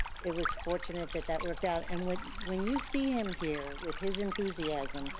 it was fortunate that that worked out. and when when you see him here with his enthusiasm,